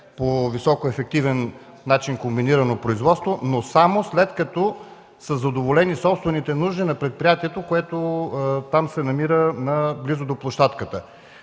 по високоефективен начин –комбинирано производство, но само след като са задоволени собствените нужди на предприятието, което се намира близо до площадката.